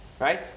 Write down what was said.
Right